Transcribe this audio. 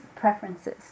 Preferences